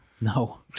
no